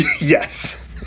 Yes